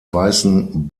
weißen